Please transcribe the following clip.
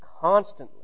constantly